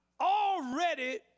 already